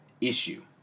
issue